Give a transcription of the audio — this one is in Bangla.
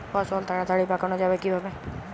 ফসল তাড়াতাড়ি পাকানো যাবে কিভাবে?